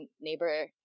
neighbor